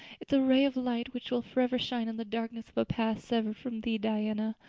it's a ray of light which will forever shine on the darkness of a path severed from thee, diana.